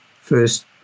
first